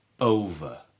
over